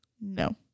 No